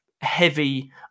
heavy